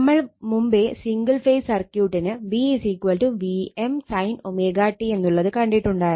നമ്മൾ മുമ്പേ single phase സർക്യൂട്ടിന് v vm sin എന്നുള്ളത് കണ്ടിട്ടുണ്ടായിരുന്നു